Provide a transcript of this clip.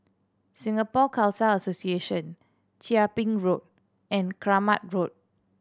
Singapore Khalsa Association Chia Ping Road and Kramat Road